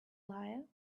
liar